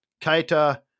Kaita